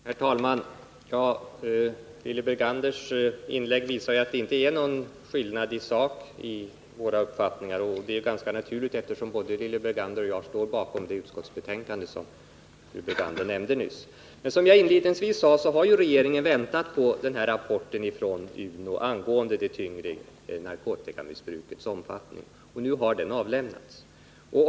Herr talman! Lilly Berganders inlägg visar att det inte är någon skillnad i sak i våra uppfattningar. Det är ganska naturligt, eftersom både Lilly Bergander och jag står bakom det utskottsbetänkande som Lilly Bergander nämnde nyss. Som jag inledningsvis sade, har regeringen väntat på rapporten från UNO angående det tyngre narkotikamissbrukets omfattning. Nu har den avlämnats.